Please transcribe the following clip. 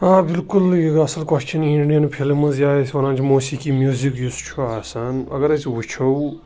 آ بلکُل یہِ اَصٕل کوٚسچَن اِنڈیَن فِلمٕز یا أسۍ وَنان چھِ موسیٖقی میوٗزِک یُس چھُ آسان اگر أسۍ وٕچھو